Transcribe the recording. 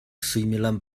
suimilam